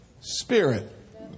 spirit